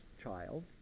child